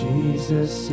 Jesus